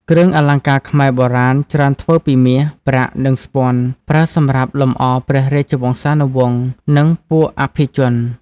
គ្រឿងអលង្ការខ្មែរបុរាណច្រើនធ្វើពីមាស ប្រាក់ និងស្ពាន់ ប្រើសម្រាប់លម្អព្រះរាជវង្សានុវង្ស និងពួកអភិជន។